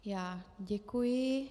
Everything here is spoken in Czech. Já děkuji.